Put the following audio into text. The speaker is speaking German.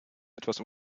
etwas